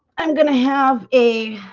i'm gonna have a